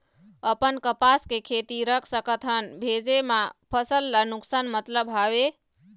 अपन कपास के खेती रख सकत हन भेजे मा फसल ला नुकसान मतलब हावे?